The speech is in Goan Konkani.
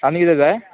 आनी किदें जाय